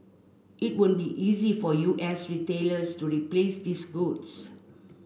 it won't be easy for U S retailers to replace these goods